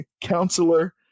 counselor